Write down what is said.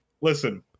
listen